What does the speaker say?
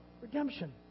redemption